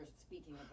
speaking